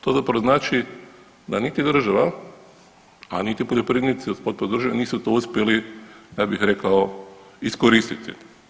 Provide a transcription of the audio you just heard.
To zapravo znači da niti država, a niti poljoprivrednici uz potporu države nisu to uspjeli, ja bih rekao, iskoristiti.